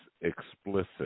explicit